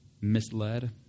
misled